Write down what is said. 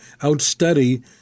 outstudy